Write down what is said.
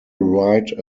write